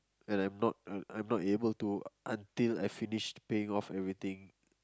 and I'm not I'm I'm not able to until I finished paying off everything